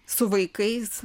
su vaikais